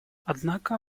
однако